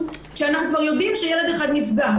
כשאנחנו כבר יודעים שילד אחד נפגע.